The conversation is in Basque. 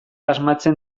asmatzen